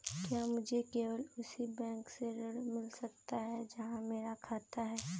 क्या मुझे केवल उसी बैंक से ऋण मिल सकता है जहां मेरा खाता है?